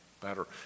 better